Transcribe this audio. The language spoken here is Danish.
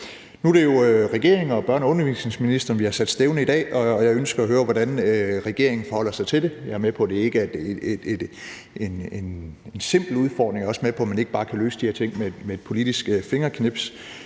Nu er det jo regeringen ved børne- og undervisningsministeren, vi har sat stævne i dag, og jeg ønsker at høre, hvordan regeringen forholder sig til det. Jeg er med på, at det ikke er en simpel udfordring, og jeg er også med på, at man ikke bare kan løse de her ting med et politisk fingerknips,